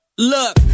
Look